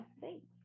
thanks